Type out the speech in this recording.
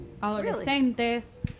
adolescentes